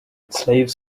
slaves